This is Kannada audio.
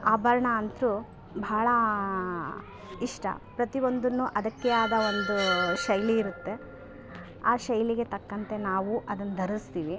ಆಭರಣ ಅಂತೂ ಭಾಳ ಇಷ್ಟ ಪ್ರತಿಯೊಂದನ್ನು ಅದಕ್ಕೆ ಆದ ಒಂದು ಶೈಲಿ ಇರುತ್ತೆ ಆ ಶೈಲಿಗೆ ತಕ್ಕಂತೆ ನಾವು ಅದನ್ನು ಧರ್ಸ್ತೀವಿ